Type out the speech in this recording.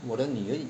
我女儿